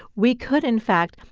we could, in fact,